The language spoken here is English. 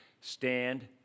stand